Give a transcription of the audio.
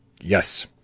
Yes